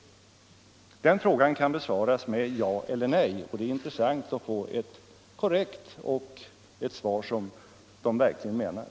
Den frågan kan besvaras med ja eller nej.